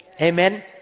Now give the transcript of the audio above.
Amen